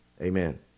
amen